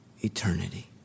eternity